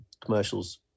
commercials